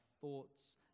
thoughts